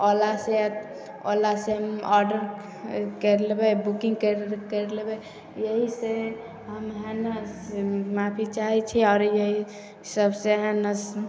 ओलासे ओलासे हम ऑडर करि लेबै बुकिन्ग करि करि लेबै यही से हम हइ ने से माफी चाहै छी आओर यही सबसे हइ ने